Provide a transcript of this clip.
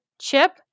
chip